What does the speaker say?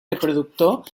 reproductor